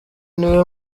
niwe